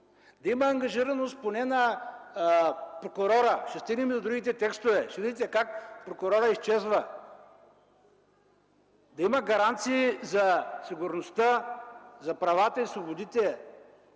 да има ангажираност поне на прокурора, ще стигнем и до другите текстове, ще видите как прокурорът изчезва, да има гаранции за сигурността, за правата и свободите